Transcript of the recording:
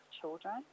children